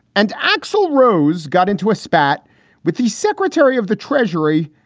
and axl rose got into a spat with the secretary of the treasury,